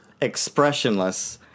expressionless